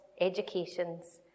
educations